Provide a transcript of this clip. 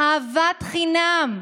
אהבת חינם,